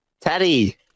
Teddy